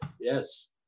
Yes